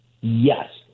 yes